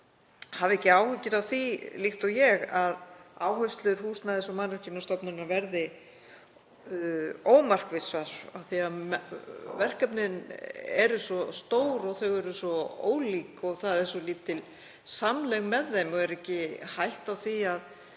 hafi ekki áhyggjur af því, líkt og ég, að áherslur Húsnæðis- og mannvirkjastofnunar verði ómarkvissar? Verkefnin eru svo stór, þau eru svo ólík og það er svo lítil samlegð með þeim. Er ekki hætta á því að